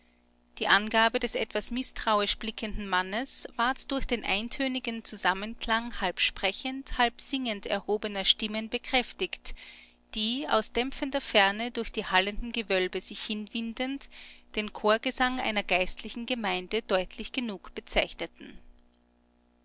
die angabe des etwas mißtrauisch blickenden mannes ward durch den eintönigen zusammenklang halb sprechend halb singend erhobener stimmen bekräftigt die aus dämpfender ferne durch die hallenden gewölbe sich hinwindend den chorgesang einer geistlichen gemeine deutlich genug bezeichneten